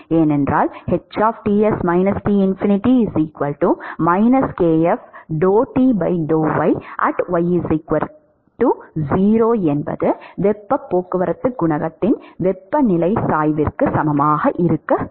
ஏனென்றால் என்பது வெப்பப் போக்குவரத்துக் குணகத்தின் வெப்பநிலைச் சாய்வுக்குச் சமமாக இருக்க வேண்டும்